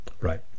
Right